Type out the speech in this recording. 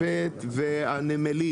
הרכבת והנמלים.